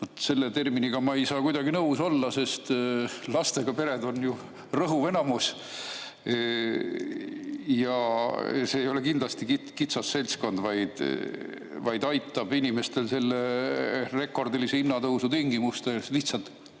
selle terminiga ma ei saa kuidagi nõus olla, sest lastega pered on ju rõhuv enamus. See ei ole kindlasti kitsas seltskond. Pakutud meede aitaks inimestel selle rekordilise hinnatõusuga lihtsalt